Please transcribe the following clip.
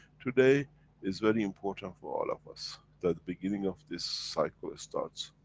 today is very important for all of us. that the beginning of this cycle starts.